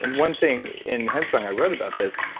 and one thing in headstrong, i wrote about this,